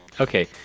Okay